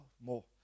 more